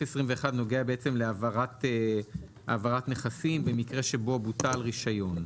21 נוגע להעברת נכסים במקרה שבו בוטל רישיון.